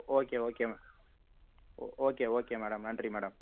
okay okay ma'am oh okay okay madam நன்றி madam